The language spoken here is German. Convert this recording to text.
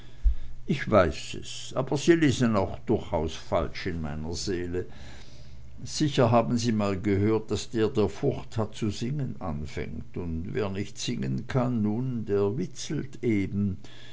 ich weiß es aber sie lesen auch durchaus falsch in meiner seele sicher haben sie mal gehört daß der der furcht hat zu singen anfängt und wer nicht singen kann nun der witzelt eben